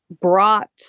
brought